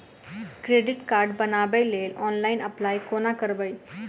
Credit card बनाबै लेल online apply कोना करबै?